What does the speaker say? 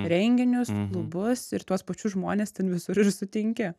renginius klubus ir tuos pačius žmones ten visur ir sutinki